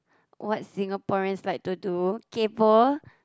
what Singaporeans like to do kaypo